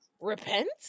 repent